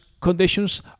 conditions